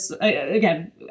again